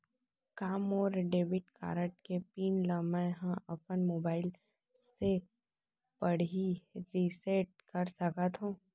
का मोर debit card के पिन ल मैं ह अपन मोबाइल से पड़ही रिसेट कर सकत हो?